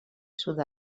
sud